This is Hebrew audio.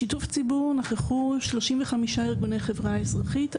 בשיתוף הציבור נכחו 35 ארגוני חברה אזרחית.